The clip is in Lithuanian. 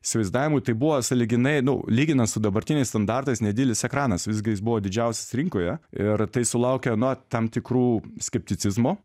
įsivaizdavimu tai buvo sąlyginai nu lyginant su dabartiniais standartais nedidelis ekranas visgi jis buvo didžiausias rinkoje ir tai sulaukė nuo tam tikrų skepticizmo